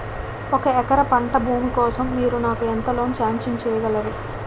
ఒక ఎకరం పంట భూమి కోసం మీరు నాకు ఎంత లోన్ సాంక్షన్ చేయగలరు?